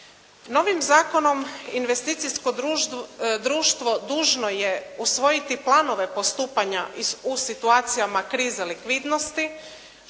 Novim zakonom investicijsko društvo dužno je usvojiti planove postupanja u situacijama krize likvidnosti